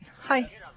Hi